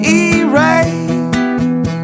erase